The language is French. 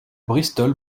bristol